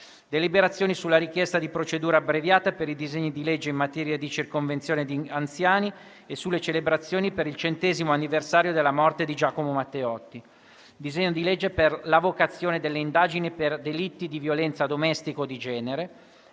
deliberazioni sulla richiesta di procedura abbreviata per i disegni di legge in materia di circonvenzione di anziani e sulle celebrazioni per il centesimo anniversario della morte di Giacomo Matteotti; disegno di legge per l'avocazione delle indagini per delitti di violenza domestica o di genere.